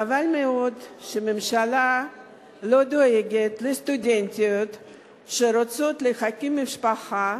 חבל מאוד שממשלה לא דואגת לסטודנטיות שרוצות להקים משפחה